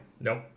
Nope